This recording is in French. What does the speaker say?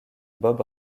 bob